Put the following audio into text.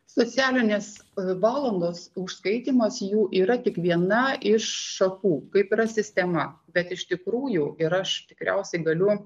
socialinės valandos užskaitymas jų yra tik viena iš šakų kaip yra sistema bet iš tikrųjų ir aš tikriausiai galiu